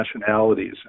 nationalities